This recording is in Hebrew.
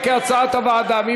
לא.